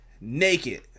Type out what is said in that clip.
naked